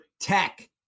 tech